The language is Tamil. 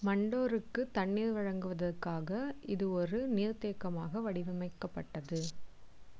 மண்டோருக்குத் தண்ணீர் வழங்குவதற்காக இது ஒரு நீர்த்தேக்கமாக வடிவமைக்கப்பட்டது